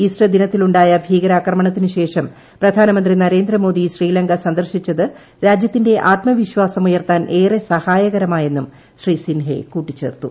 Easter ദിനത്തിലുണ്ടായ ഭീകരാക്രമണത്തിന് ശേഷം പ്രധാനമന്ത്രി നരേന്ദ്രമോദി ശ്രീലങ്ക സന്ദർശിച്ചത് രാജ്യത്തിന്റെ ആത്മവിശ്വാസമുയർത്താൻ ഏറെ സഹായകരമായെന്നും ശ്രീ സിൻഹെ കൂട്ടിച്ചേർത്തു